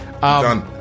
done